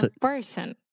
person